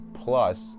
plus